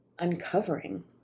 uncovering